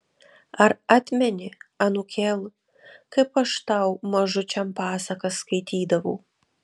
ar atmeni anūkėl kaip aš tau mažučiam pasakas skaitydavau